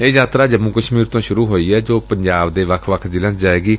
ਇਹ ਯਾਤਰਾ ਜੰਮੂ ਕਸ਼ਮੀਰ ਤੋਂ ਸੁਰੂ ਹੋਈ ਏ ਜੋ ਪੰਜਾਬ ਦੇ ਵੱਖ ਵੱਖ ਜ਼ਿਲ੍ਹਿਆਂ ਚ ਜਾਏਗੀ